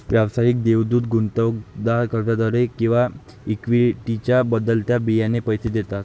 व्यावसायिक देवदूत गुंतवणूकदार कर्जाद्वारे किंवा इक्विटीच्या बदल्यात बियाणे पैसे देतात